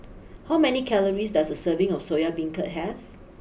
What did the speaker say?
how many calories does a serving of Soya Beancurd have